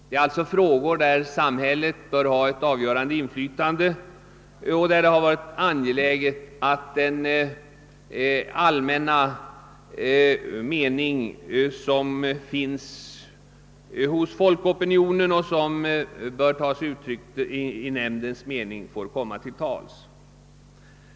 Samhället bör i dessa frågor ha ett avgörande inflytande, och det är angeläget att den allmänna folkopinionen får komma till tals genom representation i nämnden.